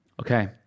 Okay